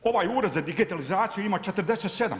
Ovaj Ured za digitalizaciju ima 47.